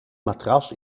matras